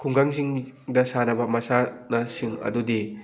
ꯈꯨꯡꯒꯪꯁꯤꯡꯗ ꯁꯥꯟꯅꯕ ꯃꯁꯥꯟꯅꯁꯤꯡ ꯑꯗꯨꯗꯤ